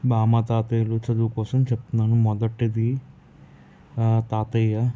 బామ్మ తాతయ్యలు చదువుకోసం చెప్తున్నాను మొదటిది తాతయ్య